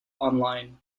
online